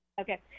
Okay